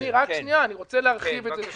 אני רוצה להרחיב על זה טיפה.